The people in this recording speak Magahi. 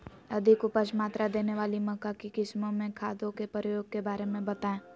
अधिक उपज मात्रा देने वाली मक्का की किस्मों में खादों के प्रयोग के बारे में बताएं?